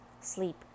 sleep